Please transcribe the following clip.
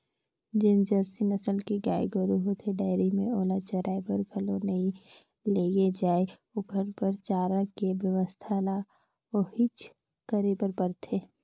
जेन जरसी नसल के गाय गोरु होथे डेयरी में ओला चराये बर घलो नइ लेगे जाय ओखर बर चारा के बेवस्था ल उहेंच करे बर परथे